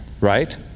right